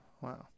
Wow